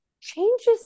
changes